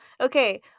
okay